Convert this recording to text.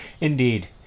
Indeed